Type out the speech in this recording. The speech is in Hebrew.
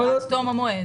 לקראת תום המועד.